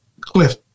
Cliff